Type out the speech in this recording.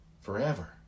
forever